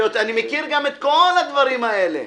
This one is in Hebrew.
אני מכיר גם את כל הדברים האלה.